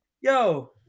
Yo